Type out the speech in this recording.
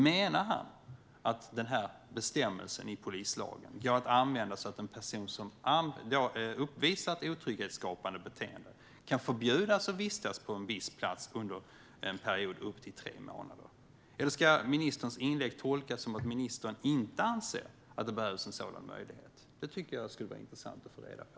Menar han att denna bestämmelse i polislagen går att använda så att en person som har uppvisat otrygghetsskapande beteende kan förbjudas att vistas på en viss plats under en period upp till tre månader? Eller ska ministerns inlägg tolkas som att ministern inte anser att det behövs en sådan möjlighet? Det tycker jag skulle vara intressant att få reda på.